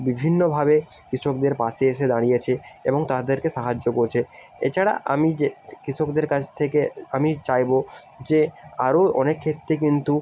বিভিন্নভাবে কৃষকদের পাশে এসে দাঁড়িয়েছে এবং তাদেরকে সাহায্য করছে এছাড়া আমি যে কৃষকদের কাছ থেকে আমি চাইবো যে আরও অনেক ক্ষেত্রে কিন্তু